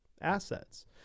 assets